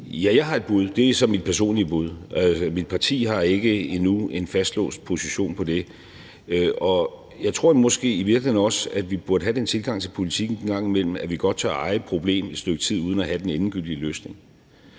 Ja, jeg har et bud. Det er så mit personlige bud. Mit parti har ikke endnu en fastlåst position på det. Jeg tror måske i virkeligheden også, at vi burde have den tilgang til politik en gang imellem, at vi godt tør eje et problem et stykke tid uden at have den endegyldige løsning.